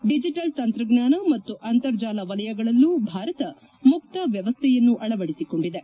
digital ತಂತ್ರಜ್ಞಾನ ಮತ್ತು ಅಂತರ್ಜಾಲ ವಲಯಗಳಲ್ಲೂ ಭಾರತ ಮುಕ್ತ ವ್ಯವಸ್ಥೆಯನ್ನು ಅಳವಡಿಸಿಕೊಂಡಿದೆ